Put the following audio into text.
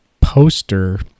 poster